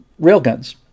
railguns